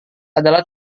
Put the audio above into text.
adalah